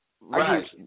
right